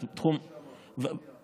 זה לא מה שאמרתי.